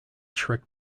trick